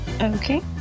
Okay